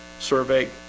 survey,